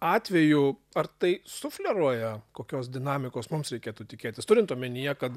atvejų ar tai sufleruoja kokios dinamikos mums reikėtų tikėtis turint omenyje kad